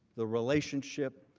the relationship,